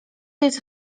jest